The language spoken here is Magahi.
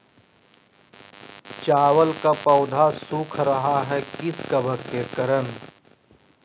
चावल का पौधा सुख रहा है किस कबक के करण?